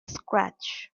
scratch